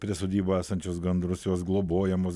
prie sodyboje esančius gandrus jos globojamus